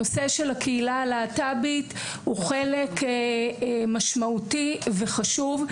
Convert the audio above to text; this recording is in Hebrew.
הנושא של הקהילה הלהט"בית הוא חלק משמעותי וחשוב.